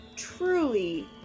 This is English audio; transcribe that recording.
truly